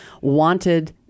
wanted